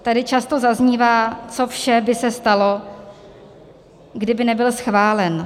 Tady často zaznívá, co vše by se stalo, kdyby nebyl schválen.